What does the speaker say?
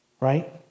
right